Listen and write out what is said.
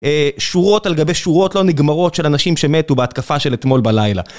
שורות על גבי שורות לא נגמרות של אנשים שמתו בהתקפה של אתמול בלילה.